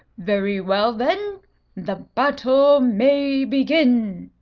very well, then the battle may begin.